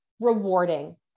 rewarding